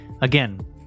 Again